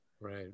Right